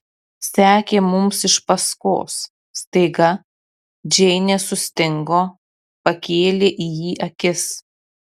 sekė mums iš paskos staiga džeinė sustingo pakėlė į jį akis